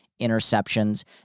interceptions